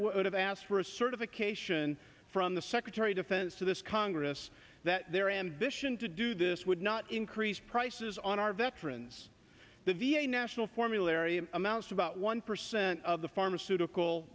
would have asked for a certification from the secretary of defense to this congress that their ambition to do this would not increase prices on our veterans the v a national formulary amounts to about one percent of the pharmaceutical